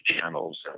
channels